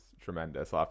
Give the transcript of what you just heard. tremendous